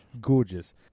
Gorgeous